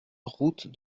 route